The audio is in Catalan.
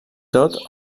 tot